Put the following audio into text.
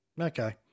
Okay